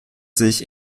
sich